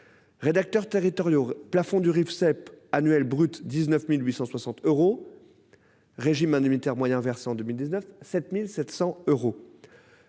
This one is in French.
Rédacteur territoriaux plafond du Rifseep annuel brut 19.860 euros. Régime indemnitaire moyen versant 2019 7700 euros.